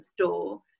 store